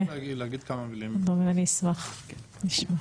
אני אשמח להגיב.